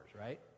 right